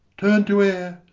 turn to air,